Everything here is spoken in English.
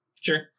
sure